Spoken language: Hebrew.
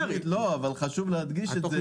חשוב להדגיש את זה.